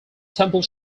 temple